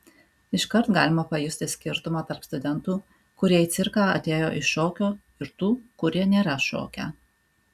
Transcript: iškart galima pajusti skirtumą tarp studentų kurie į cirką atėjo iš šokio ir tų kurie nėra šokę